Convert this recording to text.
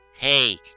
Hey